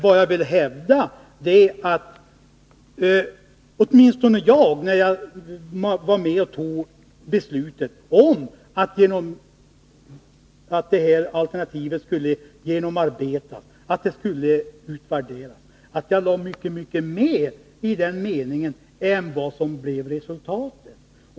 Det jag ville hävda var att åtminstone jag, när jag var med och fattade beslutet om att det här alternativet skulle genomarbetas och utvärderas, upplevde att det låg mycket mer i den meningen än vad som blev resultatet.